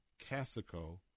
Casico